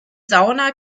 sauna